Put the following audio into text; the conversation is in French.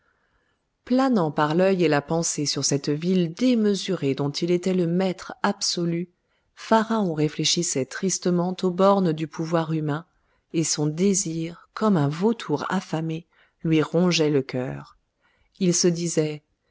planant par l'œil et la pensée sur cette ville démesurée dont il était le maître absolu pharaon réfléchissait tristement aux bornes du pouvoir humain et son désir comme un vautour affamé lui rongeait le cœur il se disait